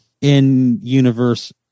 in-universe